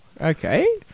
Okay